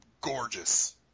gorgeous